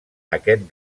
aquest